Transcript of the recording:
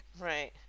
Right